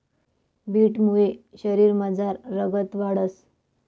बीटमुये शरीरमझार रगत वाढंस